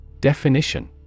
Definition